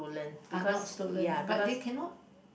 are not stolen but they cannot